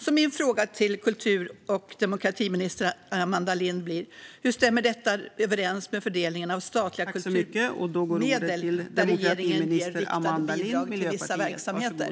Min fråga till kultur och demokratiminister Amanda Lind blir: Hur stämmer detta överens med fördelningen av statliga kulturmedel där regeringen ger riktade bidrag till vissa verksamheter?